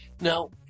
Now